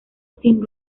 sin